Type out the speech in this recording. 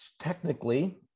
technically